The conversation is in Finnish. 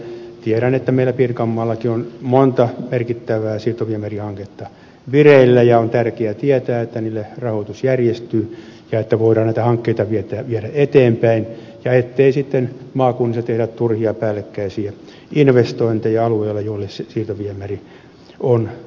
tiedän että meillä pirkanmaallakin on monta merkittävää siirtoviemärihanketta vireillä ja on tärkeää tietää että niille järjestyy rahoitus ja että voidaan näitä hankkeita viedä eteenpäin ettei sitten maakunnissa tehdä turhia päällekkäisiä investointeja alueilla joille siirtoviemäri on tulossa